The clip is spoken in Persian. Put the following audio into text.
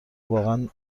واقعا